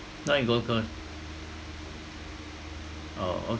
not in gold coast oh